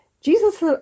Jesus